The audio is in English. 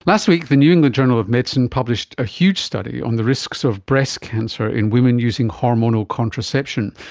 last week the new england journal of medicine published a huge study on the risks of breast cancer in women using hormonal contraception,